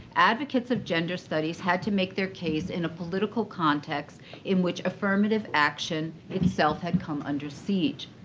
advocates of gender studies had to make their case in a political context in which affirmative action itself had come under siege.